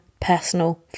personal